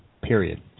period